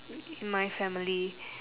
in my family